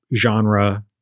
genre